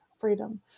Freedom